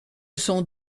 sont